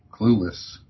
Clueless